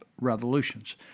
revolutions